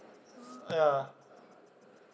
ya